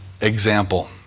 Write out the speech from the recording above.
example